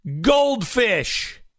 Goldfish